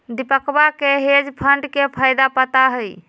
दीपकवा के hedge fund के फायदा पता हई